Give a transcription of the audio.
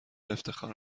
افتخار